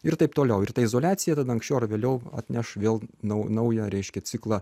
ir taip toliau ir ta izoliacija tad anksčiau ar vėliau atneš vėl nau naują reiškia ciklą